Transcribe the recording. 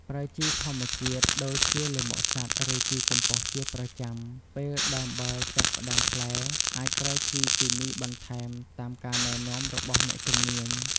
ប្រើជីធម្មជាតិដូចជាលាមកសត្វឬជីកំប៉ុស្តជាប្រចាំ ពេលដើមបឺរចាប់ផ្ដើមផ្លែ អាចប្រើជីគីមីបន្ថែមតាមការណែនាំរបស់អ្នកជំនាញ។